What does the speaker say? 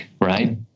right